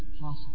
possible